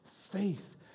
Faith